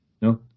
No